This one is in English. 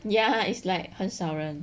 ya is like 很少人